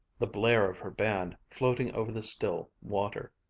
the blare of her band floating over the still water.